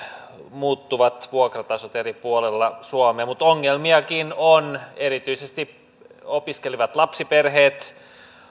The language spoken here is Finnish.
muuttuvat vuokratasot eri puolilla suomea mutta ongelmiakin on erityisesti opiskelevat lapsiperheet